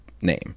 name